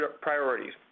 priorities